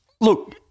look